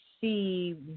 see